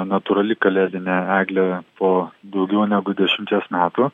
natūrali kalėdinė eglė po daugiau negu dešimties metų